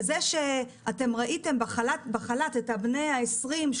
וזה שאתם ראיתם בחל"ת את בני ה-20,